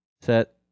Set